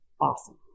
awesome